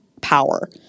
power